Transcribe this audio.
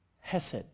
Hesed